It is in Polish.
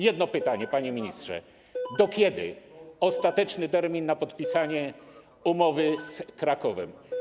Jedno pytanie, panie ministrze: Do kiedy jest ostateczny termin na podpisanie umowy z Krakowem?